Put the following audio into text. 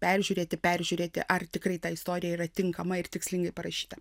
peržiūrėti peržiūrėti ar tikrai ta istorija yra tinkama ir tikslingai parašyta